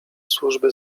służby